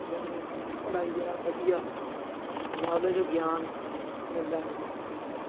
ਜਾਣੀ ਪੜ੍ਹਾਈ ਨਾਲ ਵਧੀਆ ਨੌਲੇਜ ਗਿਆਨ ਮਿਲਦਾ ਰਹਿੰਦਾ